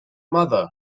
mother